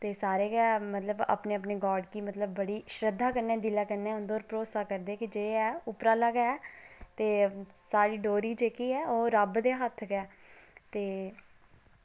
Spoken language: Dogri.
ते सारे गै मतलब अपने अपने गॉड गी मतलब बड़ी गै शरधा कन्नै दिला कन्नै भरोसा करदे ऐ कि जे ऐ उप्परा आह्ला गै ते साढ़ी डोरी जेह्की ऐ ओह् रब दे हत्थ गै